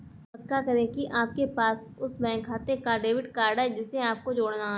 पक्का करें की आपके पास उस बैंक खाते का डेबिट कार्ड है जिसे आपको जोड़ना है